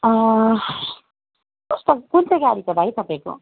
कस्तो कस्तो गाडी छ भाइ तपाईँको